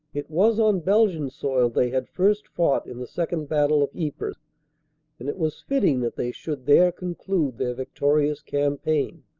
it was on belgian soil they had first fought in the second battle of ypres and it was fitting that they should there conclude their victorious campaign.